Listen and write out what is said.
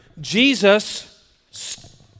Jesus